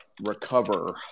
recover